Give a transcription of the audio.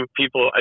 people